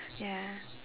ya